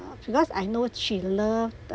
because I know she love the